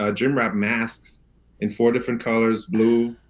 ah gym wrap masks in four different colors blue,